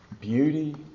Beauty